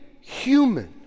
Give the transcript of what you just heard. human